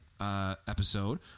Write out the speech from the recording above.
episode